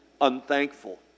unthankful